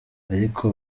ariko